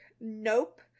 Nope